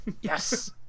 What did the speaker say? yes